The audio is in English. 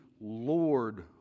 Lord